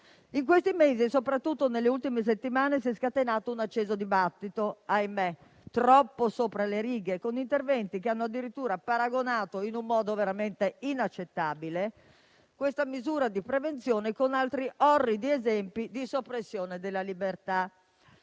In questi mesi e soprattutto nelle ultime settimane si è scatenato un acceso dibattito - ahimè, troppo sopra le righe - con interventi che hanno addirittura paragonato, in un modo veramente inaccettabile, questa misura di prevenzione ad altri orridi esempi di soppressione della libertà.